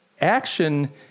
action